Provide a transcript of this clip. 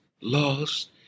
lost